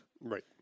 right